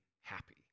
happy